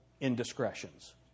indiscretions